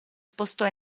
spostò